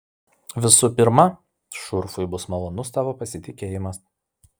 visų pirma šurfui bus malonus tavo pasitikėjimas